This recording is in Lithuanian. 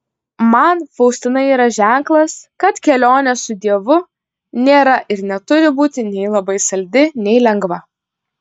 man faustina yra ženklas kad kelionė su dievu nėra ir neturi būti nei labai saldi nei lengva